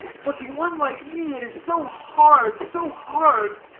but to one like me, it is so hard, so hard.